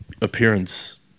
appearance